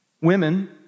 Women